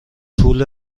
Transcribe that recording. طول